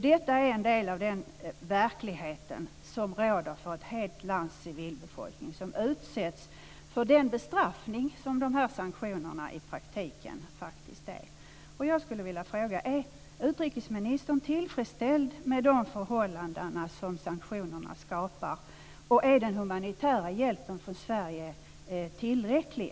Detta är en del av den verklighet som råder för ett helt lands civilbefolkning. De utsätts för den bestraffning som dessa sanktioner faktiskt utgör i praktiken. Jag skulle vilja fråga om utrikesministern är tillfredsställd med de förhållanden som sanktionerna skapar. Är den humanitära hjälpen från Sverige tillräcklig?